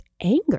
anger